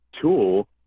tool